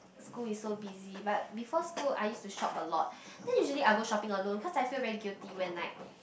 school is so busy but before school I used to shop a lot then usually I'll go shopping alone cause I feel very guilty when like